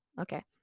Okay